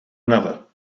another